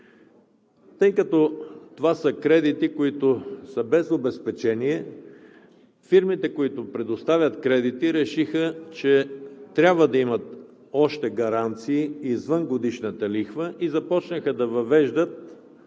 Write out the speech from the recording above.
Тъй като това са кредити, които са без обезпечение, фирмите, които предоставят кредити, решиха, че трябва да има още гаранции, извън годишната лихва, и започнаха да въвеждат